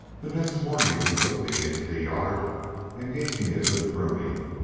the next morning he took me into the yard and gave me a good grooming,